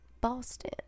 Boston